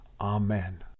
Amen